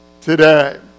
today